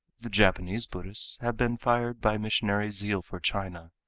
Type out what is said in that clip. the japanese buddhists have been fired by missionary zeal for china.